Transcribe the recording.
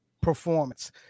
performance